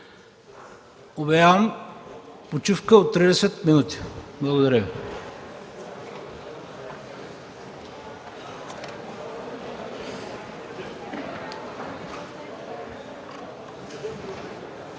Обявявам почивка от 30 минути. Благодаря Ви.